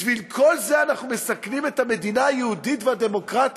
בשביל כל זה אנחנו מסכנים את המדינה היהודית והדמוקרטית?